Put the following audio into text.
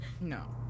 No